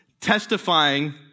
testifying